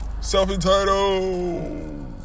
Self-entitled